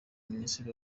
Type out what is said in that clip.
minisitiri